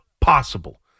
possible